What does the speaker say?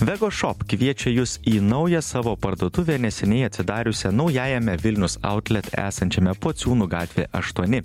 vegošop kviečia jus į naują savo parduotuvę neseniai atsidariusią naujajame vilnius autlet esančiame pociūno gatvė aštuoni